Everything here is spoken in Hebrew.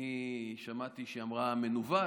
אני שמעתי שהיא אמרה מנוול.